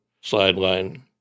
sideline